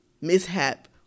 mishap